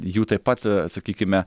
jų taip pat sakykime